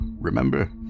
remember